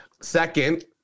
Second